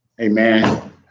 Amen